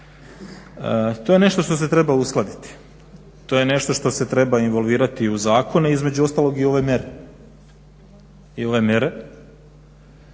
To je nešto što se treba uskladiti, to je nešto što se treba involvirati u zakone između ostalog i u ove mjere,